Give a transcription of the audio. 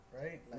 Right